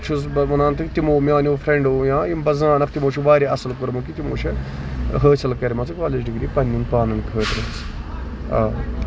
چھُس بہٕ وَنان تۄہہِ تِمو میانیو فرینڈو یا یِم بہٕ زانَکھ تِمو چھُ واریاہ اَصٕل کوٚرمُت کہِ تِمو چھُ حٲصِل کرِمَژٕ کالیج ڈگری پَنٕنین پانن خٲطرٕ